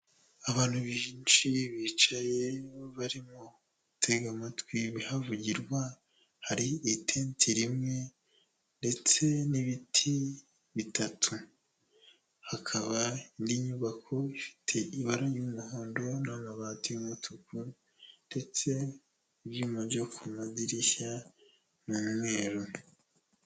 Abantu benshi bicaye, barimo gutega amatwi ibihavugirwa, hari itenti rimwe, ndetse n'ibiti bitatu, hakaba n'inyubako ifite ibara ry'umuhondo n'amabati y'umutuku, ndetse ibyuma byo ku madirishya ni umweru.